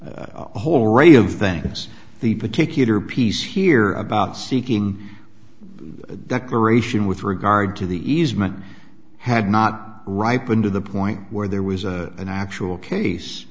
a whole range of things the particular piece here about seeking declaration with regard to the easement had not ripened to the point where there was an actual case